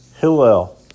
Hillel